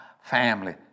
family